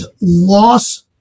loss